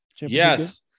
Yes